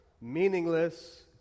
meaningless